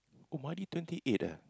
oh Maidy twenty eight eh